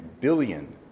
billion